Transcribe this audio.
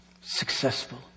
successful